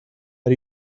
how